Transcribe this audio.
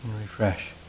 refresh